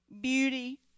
beauty